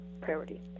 priority